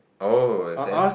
oh and then